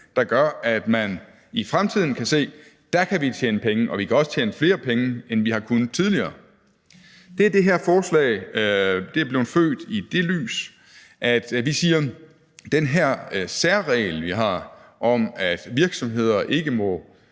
der gør, at man i fremtiden kan se, at der kan man tjene penge, og at man også kan tjene flere penge, end man har kunnet tidligere. Det her forslag er blevet født i det lys, at vi siger: Den her særregel, vi har om, at virksomheder ikke må